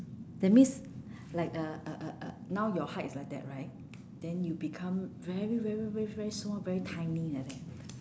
that means like uh uh uh uh now your height is like that right then you become very very very very small very tiny like that